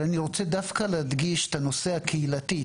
אבל אני רוצה דווקא להדגיש את הנושא הקהילתי,